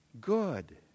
good